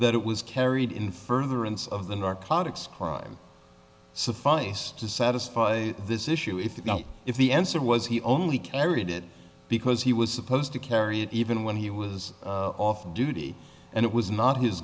that it was carried in furtherance of the narcotics crime suffice to satisfy this issue if if the answer was he only carried it because he was supposed to carry it even when he was off duty and it was not his